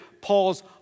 Paul's